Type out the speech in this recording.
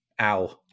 Ow